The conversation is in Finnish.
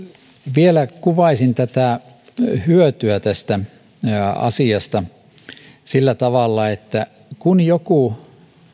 vielä kuvaisin tätä hyötyä tästä asiasta sillä tavalla että kun joku